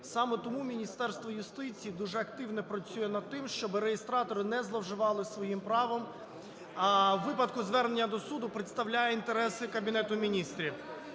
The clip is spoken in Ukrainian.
Саме тому Міністерство юстиції дуже активно працює над тим, щоби реєстратори не зловживали своїм правом, а у випадку звернення до суду представляє інтереси Кабінету Міністрів.